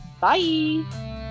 bye